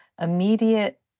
immediate